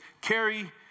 carry